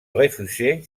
refusée